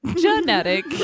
Genetic